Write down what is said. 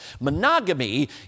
Monogamy